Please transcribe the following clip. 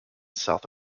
south